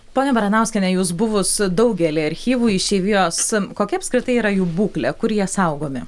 ponia baranauskiene jus buvus daugelyje archyvų išeivijos kokia apskritai yra jų būklė kurie saugomi